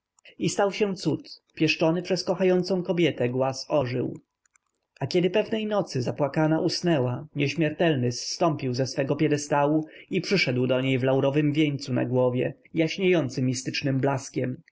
i stał się cud pieszczony przez kochającą kobietę głaz ożył a kiedy pewnej nocy zapłakana usnęła nieśmiertelny zstąpił ze swego piedestału i przyszedł do niej w laurowym wieńcu na głowie jaśniejący mistycznym blaskiem